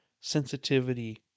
sensitivity